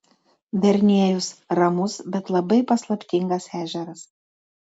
verniejus ramus bet labai paslaptingas ežeras